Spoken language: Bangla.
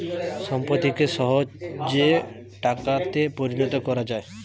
সম্পত্তিকে সহজে টাকাতে পরিণত কোরা যায়